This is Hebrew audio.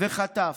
וחטף.